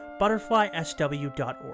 ButterflySW.org